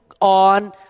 on